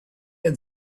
had